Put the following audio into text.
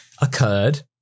occurred